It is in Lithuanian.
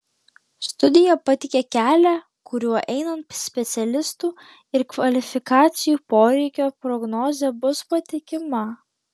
studija pateikia kelią kuriuo einant specialistų ir kvalifikacijų poreikio prognozė bus patikima